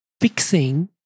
fixing